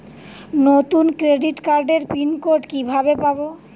নতুন ক্রেডিট কার্ডের pin code কিভাবে পাব?